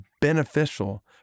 beneficial